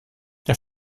der